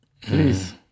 Please